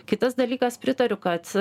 kitas dalykas pritariu kad